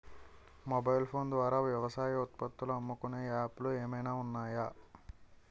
Mobile phone ద్వారా వ్యవసాయ ఉత్పత్తులు అమ్ముకునే యాప్ లు ఏమైనా ఉన్నాయా?